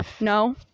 No